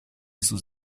sus